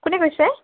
কোনে কৈছে